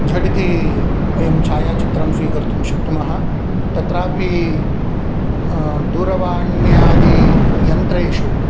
झटिति वयं छायाचित्रं स्वीकर्तुं शक्नुमः तत्रापि दूरवाण्यादियन्त्रेषु